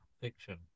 Fiction